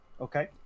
Okay